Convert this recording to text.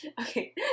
Okay